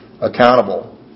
accountable